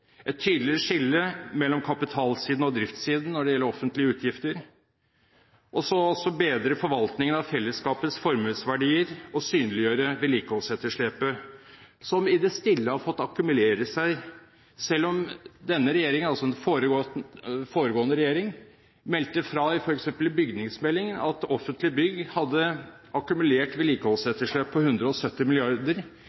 et tydeligere skille mellom kapitalsiden og driftssiden når det gjelder offentlige utgifter, og også gjennom å bedre forvaltningen av fellesskapets formuesverdier og synliggjøre vedlikeholdsetterslepet, som i det stille har fått akkumulere seg, selv om den foregående regjering meldte fra f.eks. i bygningsmeldingen at offentlige bygg hadde et akkumulert